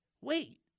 wait